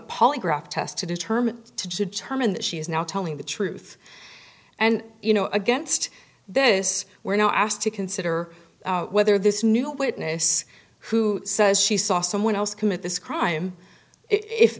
polygraph test to determine to determine that she is now telling the truth and you know against this we're now asked to consider whether this new witness who says she saw someone else commit this crime if